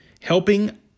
helping